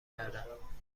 کردم